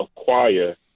acquire